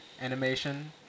animation